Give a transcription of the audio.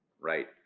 right